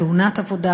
תאונת עבודה,